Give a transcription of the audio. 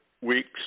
weeks